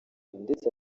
ndetse